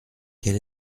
quel